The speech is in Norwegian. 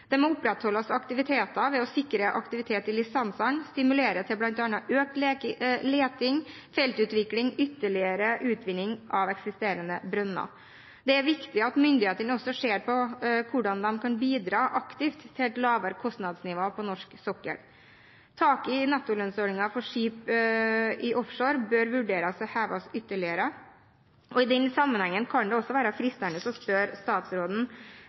Det må opprettholdes aktiviteter ved å sikre aktivitet i lisensene, stimulere til bl.a. økt leting, feltutvikling og ytterligere utvinning av eksisterende brønner. Det er viktig at myndighetene også ser på hvordan de kan bidra aktivt til et lavere kostnadsnivå på norsk sokkel. Taket i nettolønnsordningen for skip i offshore bør vurderes hevet ytterligere. I den sammenhengen kan det også være fristende å spørre statsråden